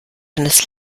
eines